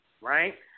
right